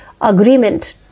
agreement